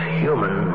human